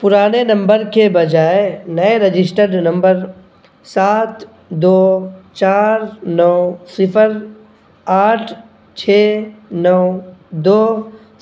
پرانے نمبر کے بجائے نئے رجسٹرڈ نمبر سات دو چار نو صفر آٹھ چھ نو دو